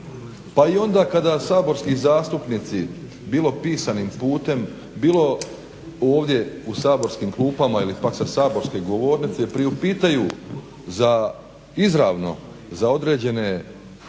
pa i onda kada saborski zastupnici bilo pisanim putem bilo ovdje u saborskim klupama ili pak sa saborske govornice priupitaju za izravno za određene